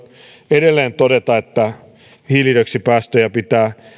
edelleen todeta että hiilidioksidipäästöjä pitää